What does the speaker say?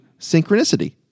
synchronicity